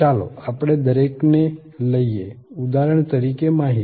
ચાલો આપણે દરેકને લઈએ ઉદાહરણ તરીકે માહિતી